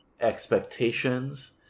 expectations